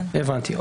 הבנתי.